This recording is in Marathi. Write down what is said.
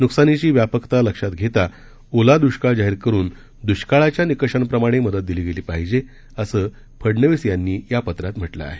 नुकसानीची व्यापाकता लक्षात घेता ओला दुष्काळ जाहीर करुन दुष्काळाच्या निकषांप्रमाणे मदत दिली गेली पाहिजे असं फडनवीस यांनी या पत्रात म्हटलं आहे